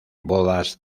bodas